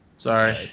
Sorry